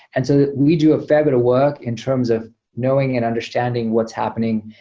and so we do a fair bit of work in terms of knowing and understanding what's happening.